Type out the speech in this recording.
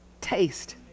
taste